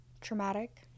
traumatic